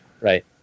right